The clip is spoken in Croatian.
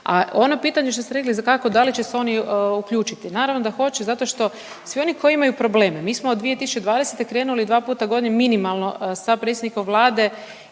A ono pitanje što ste rekli za kako da li će se oni uključiti. Naravno da hoće zato što svi oni koji imaju probleme, mi smo od 2020. krenuli dva puta godišnje minimalno sa predsjednikom Vlade